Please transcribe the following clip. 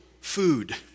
food